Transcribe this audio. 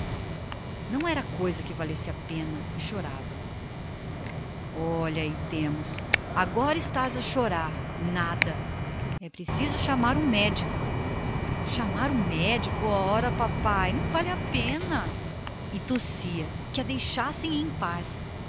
não era coisa que valesse a pena mas chorava olha aí temos agora o choro nada é preciso chamar o médico chamar o médico ora papai não vale a pena e tossia que a deixassem em paz